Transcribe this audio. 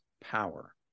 power